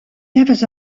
neffens